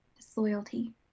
disloyalty